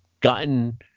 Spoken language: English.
gotten